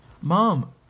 Mom